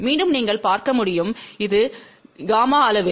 மீண்டும் நீங்கள் பார்க்க முடியும் இது காமாவின் அளவு